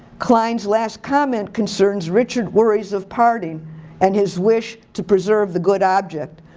klein's last comment concernes richard worries of parting and his wish to preserve the good object.